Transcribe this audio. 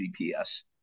GPS